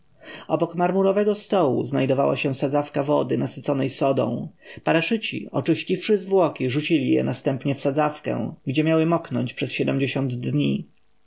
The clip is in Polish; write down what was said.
obok marmurowego stołu znajdowała się sadzawka wody nasyconej sodą paraszyci oczyściwszy zwłoki rzucili je następnie w sadzawkę gdzie miały moknąć przez sie dni